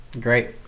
Great